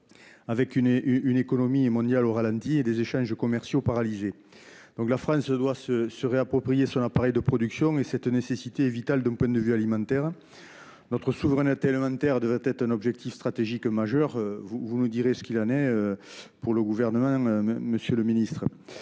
avec une économie mondiale qui tourne au ralenti et des échanges commerciaux paralysés. La France doit se réapproprier son appareil de production ; c'est une nécessité vitale d'un point de vue alimentaire. Notre souveraineté alimentaire devrait être un objectif stratégique majeur. Vous nous direz, monsieur le ministre,